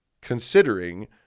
considering